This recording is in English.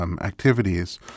activities